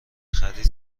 خرید